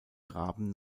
graben